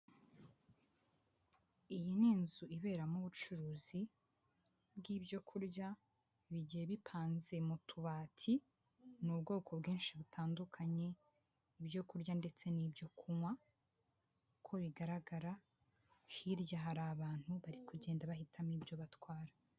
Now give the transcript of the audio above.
Iyi ni inzu iberamo ubucuruzi bw'ibyo kurya, bigiye bipanze mu tubati, ni ubwoko bwinshi butandukanye, ibyo kurya ndetse n'ibyo kunywa, uko bigaragara hirya hari abantu bari kugenda bahitamo ibyo batwara.